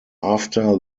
after